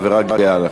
חברה גאה,